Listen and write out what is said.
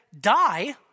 die